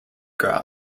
gras